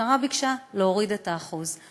המשטרה ביקשה להוריד את האחוז,